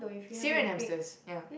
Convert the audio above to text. serum and hamsters ya